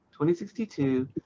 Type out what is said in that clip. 2062